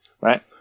right